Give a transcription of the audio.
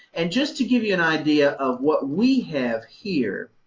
and just to give you an idea of what we have here,